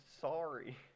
Sorry